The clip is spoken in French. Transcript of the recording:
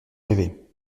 rêver